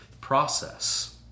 process